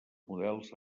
models